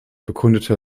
bekundete